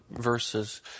verses